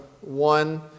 one